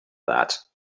that